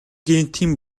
гэнэтийн